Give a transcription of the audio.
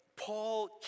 Paul